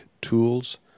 tools